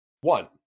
one